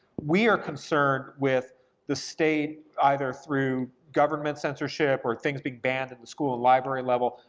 we are concerned with the state, either through government censorship, or things being banned in the school library level,